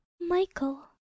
michael